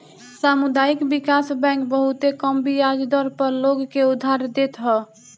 सामुदायिक विकास बैंक बहुते कम बियाज दर पअ लोग के उधार देत हअ